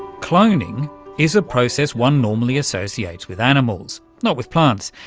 cloning is a process one normally associates with animals, not with plants,